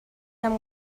amb